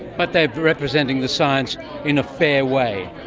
but they're representing the science in a fair way.